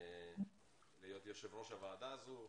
להיות יו"ר הוועדה הזו.